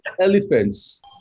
Elephants